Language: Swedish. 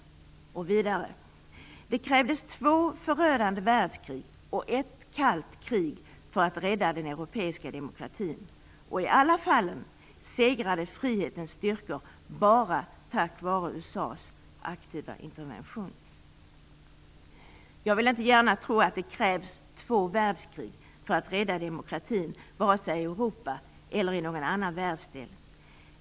Han säger vidare: Det krävdes två förödande världskrig och ett kallt krig för att rädda den europeiska demokratin. I alla fallen segrade frihetens styrkor bara tack vare USA:s aktiva intervention. Jag vill inte gärna tro att det krävs två världskrig för att rädda demokratin vare sig i Europa eller i någon annan världsdel.